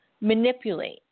manipulate